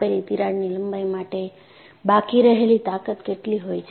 આપેલી તિરાડની લંબાઈ માટે બાકી રહેલી તાકત કેટલી હોય છે